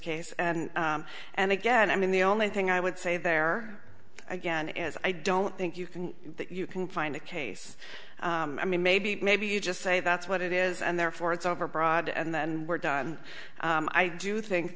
case and again i mean the only thing i would say there again as i don't think you can you can find a case i mean maybe maybe you just say that's what it is and therefore it's overbroad and then we're done and i do think